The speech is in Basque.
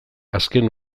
azken